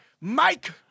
Mike